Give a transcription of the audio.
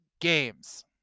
games